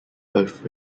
both